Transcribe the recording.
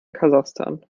kasachstan